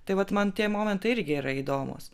tai vat man tie momentai irgi yra įdomūs